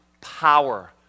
power